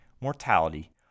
mortality